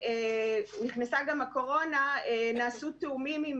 נכנסה גם הקורונה, נעשו תיאומים עם